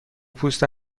پوست